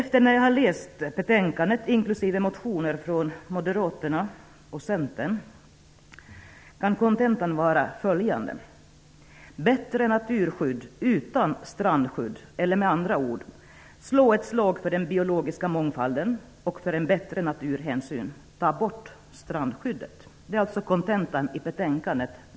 Sedan jag läst betänkandet inklusive dess behandling av motioner från Moderaterna och Centern har jag kommit fram till att kontentan av det kan beskrivas på följande sätt: ''Bättre naturskydd utan strandskydd!'' eller ''Slå ett slag för den biologiska mångfalden och för en bättre naturhänsyn -- ta bort strandskyddet!'' Fru talman!